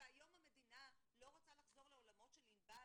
שהיום המדינה לא רוצה לחזור לעולמות של ענבל